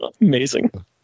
Amazing